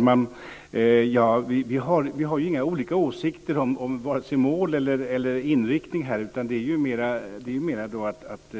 Fru talman! Vi har inga olika åsikter om vare sig mål eller inriktning. Det handlar mer om att